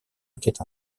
enquête